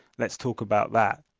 let's talk about that.